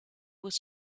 was